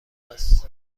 است